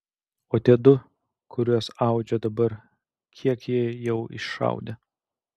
o tie du kuriuos audžia dabar kiek jie jau išaudė